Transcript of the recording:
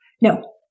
No